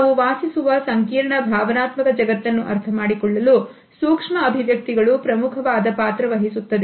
ನಾವು ವಾಸಿಸುವ ಸಂಕೀರ್ಣ ಭಾವನಾತ್ಮಕ ಜಗತ್ತನ್ನು ಅರ್ಥಮಾಡಿಕೊಳ್ಳಲು ಸೂಕ್ಷ್ಮ ಅಭಿವ್ಯಕ್ತಿಗಳು ಪ್ರಮುಖವಾದ ಪಾತ್ರವಹಿಸುತ್ತದೆ